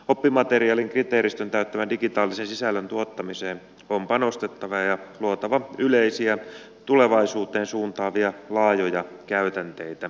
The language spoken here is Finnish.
oppimateriaalin kriteeristön täyttävän digitaalisen sisällön tuottamiseen on panostettava ja luotava yleisiä tulevaisuuteen suuntaavia laajoja käytänteitä